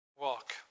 Walk